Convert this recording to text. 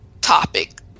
topic